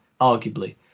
Arguably